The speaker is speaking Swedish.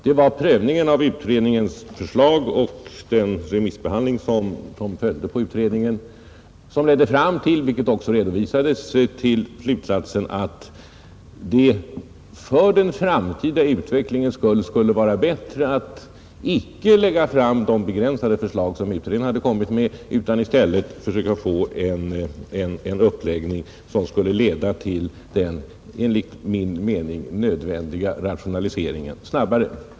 Det var prövningen av utredningens förslag och den remissbehandling som följde på utredningen som ledde fram — vilket också redovisades — till slutsatsen att det för den framtida utvecklingens skull var bättre att icke lägga fram de begränsade förslag som utredningen hade kommit med utan i stället försöka få en uppläggning som snabbare skulle leda till den enligt min mening nödvändiga rationaliseringen.